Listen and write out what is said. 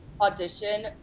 audition